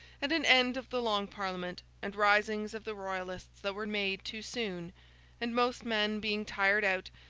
and an end of the long parliament, and risings of the royalists that were made too soon and most men being tired out,